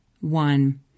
One